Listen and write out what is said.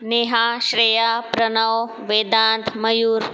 Neha Shreya Pranav Vedant Mayur